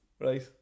Right